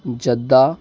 जेद्दा